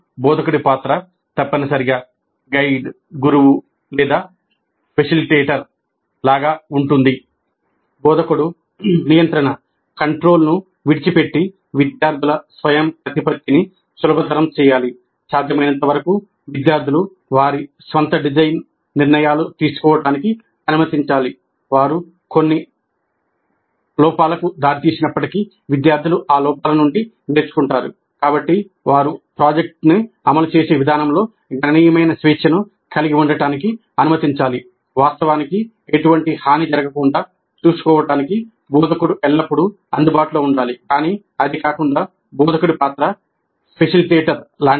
బోధకుడు నియంత్రణ లాంటిది